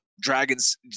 Dragons